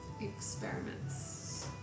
experiments